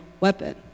weapon